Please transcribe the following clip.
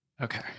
Okay